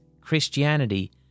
Christianity